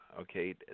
okay